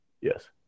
Yes